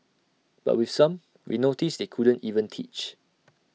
but with some we noticed they couldn't even teach